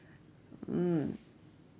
mm